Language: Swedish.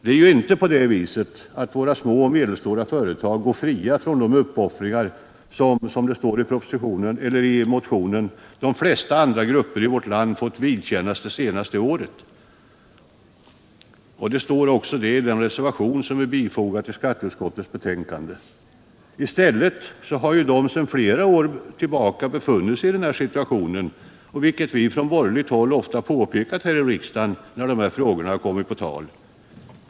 Det är inte på det viset att våra små och medelstora företag går fria från de uppoffringar som ”de flesta andra grupper i vårt land fått vidkännas det senaste året”, som det står i motionen och i den reservation som på denna punkt är fogad till skatteutskottets betänkande. I stället 7n har de sedan flera år tillbaka befunnit sig i den situationen, vilket vi från borgerligt håll ofta påpekat här i riksdagen när dessa frågor har kommit på tal.